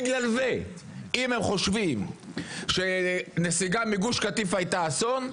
בגלל זה אם הם חושבים שנסיגה מגוש קטיף הייתה אסון,